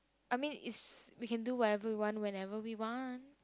I mean is we can do whatever we want whenever we want